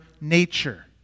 nature